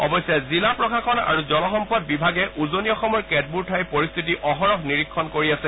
অৱশ্যে জিলা প্ৰশাসন আৰু জলসম্পদ বিভাগে উজনি অসমৰ কেতবোৰ ঠাইৰ পৰিস্থিতি অহৰহ নিৰীক্ষণ কৰি আছে